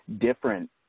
different